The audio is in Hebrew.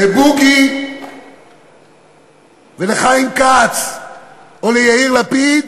כשאני צריך להאמין או לבוגי ולחיים כץ או ליאיר לפיד,